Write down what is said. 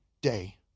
day